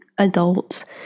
adults